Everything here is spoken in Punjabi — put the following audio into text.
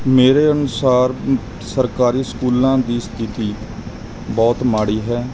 ਮੇਰੇ ਅਨੁਸਾਰ ਸਰਕਾਰੀ ਸਕੂਲਾਂ ਦੀ ਸਥਿਤੀ ਬਹੁਤ ਮਾੜੀ ਹੈ